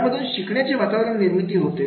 यामधून शिकण्याचे वातावरण निर्मिती होते